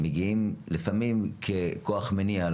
מגיעות אל המשרדים, לפעמים, ככוח מניע,